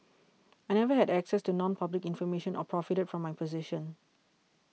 I never had access to nonpublic information or profited from my position